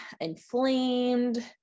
inflamed